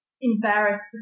embarrassed